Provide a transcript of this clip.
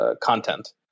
content